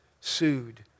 sued